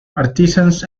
artisans